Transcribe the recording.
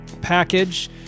package